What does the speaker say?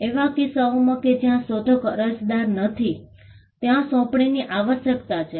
એવા કિસ્સાઓમાં કે જ્યાં શોધક અરજદાર નથી ત્યાં સોંપણીની આવશ્યકતા છે